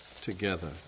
together